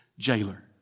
jailer